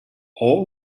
all